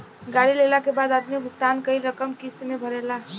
गाड़ी लेला के बाद आदमी भुगतान कईल रकम किस्त में भरेला